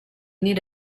need